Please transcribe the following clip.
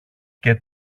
και